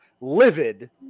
livid